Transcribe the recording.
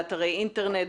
באתרי אינטרנט,